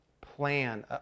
plan